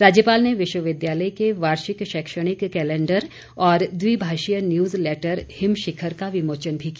राज्यपाल ने विश्वविद्यालय के वार्षिक शैक्षणिक कैलेन्डर और द्वि भाषीय न्यूज लैटर हिम शिखर का विमोचन भी किया